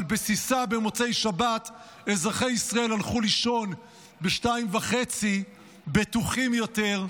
על בסיסה במוצאי שבת אזרחי ישראל הלכו לישון ב-02:30 בטוחים יותר,